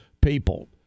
people